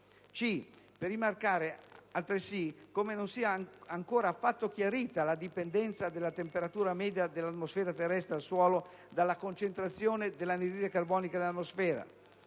altresì rimarcato come non sia ancora affatto chiarita la dipendenza della temperatura media dell'atmosfera terrestre al suolo dalla concentrazione dell'anidride carbonica nell'atmosfera.